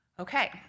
Okay